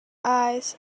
eyes